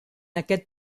aquest